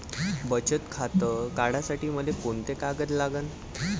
बचत खातं काढासाठी मले कोंते कागद लागन?